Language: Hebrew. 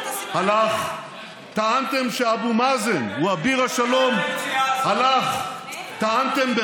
ישעיהו: "כי בשמחה תצאו ובשלום תובלון",